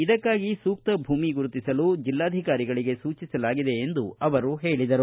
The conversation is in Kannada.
ಇದಕ್ಕಾಗಿ ಸೂಕ್ತ ಭೂಮಿ ಗುರುತಿಸಲು ಜಿಲ್ಲಾಧಿಕಾರಿಗಳಿಗೆ ಸೂಚಿಸಲಾಗಿದೆ ಎಂದು ಅವರು ಹೇಳಿದರು